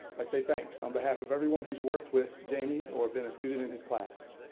i say thanks on behalf of everyone who's worked with jamie or been a student in his class.